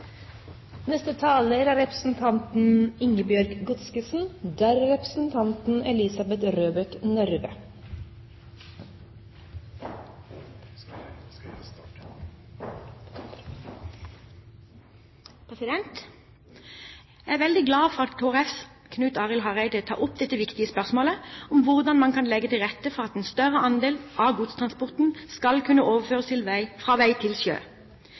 Jeg er veldig glad for at Kristelig Folkepartis Knut Arild Hareide tar opp dette viktige spørsmålet om hvordan man kan legge til rette for at en større andel av godstransporten skal kunne overføres fra vei til sjø.